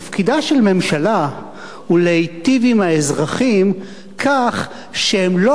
תפקידה של ממשלה הוא להיטיב עם האזרחים כך שהם לא